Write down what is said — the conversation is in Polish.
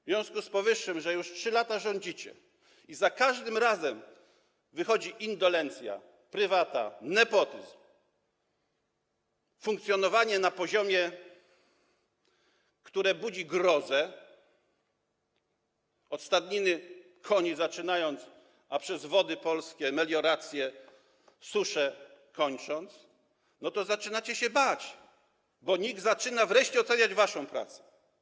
W związku z powyższym, że już 3 lata rządzicie i za każdym razem wychodzi indolencja, prywata, nepotyzm, funkcjonowanie na poziomie, który budzi grozę - od stadniny koni zaczynając, a na Wodach Polskich, melioracji, suszy kończąc - to zaczynacie się bać, bo NIK zaczyna wreszcie oceniać waszą pracę.